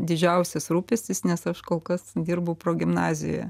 didžiausias rūpestis nes aš kol kas dirbu progimnazijoje